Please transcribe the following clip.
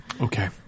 Okay